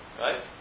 right